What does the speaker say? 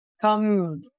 come